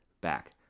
back